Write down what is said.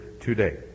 today